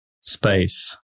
space